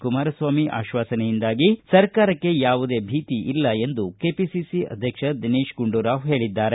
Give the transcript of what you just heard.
ಕುಮಾರಸ್ವಾಮಿ ಆಶಾಸ್ವನೆಯಿಂದಾಗಿ ಸರ್ಕಾರಕ್ಕೆ ಯಾವುದೇ ಭೀತಿ ಇಲ್ಲ ಎಂದು ಕೆಪಿಸಿಸಿ ಅಧ್ಯಕ್ಷ ದಿನೇಶ ಗುಂಡೂರಾವ್ ಹೇಳಿದ್ದಾರೆ